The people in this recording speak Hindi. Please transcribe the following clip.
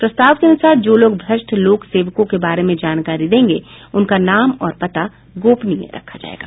प्रस्ताव के अनुसार जो लोग भ्रष्ट लोक सेवकों के बारे में जानकारी देंगे उनका नाम और पता गोपनीय रखा जाएगा